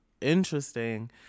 interesting